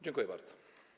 Dziękuję bardzo.